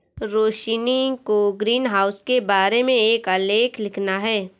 रोशिनी को ग्रीनहाउस के बारे में एक आलेख लिखना है